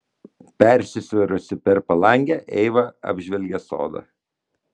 persisvėrusi per palangę eiva apžvelgė sodą